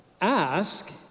Ask